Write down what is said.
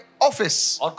office